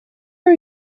are